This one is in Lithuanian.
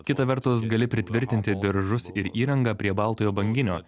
kita vertus gali pritvirtinti diržus ir įrangą prie baltojo banginio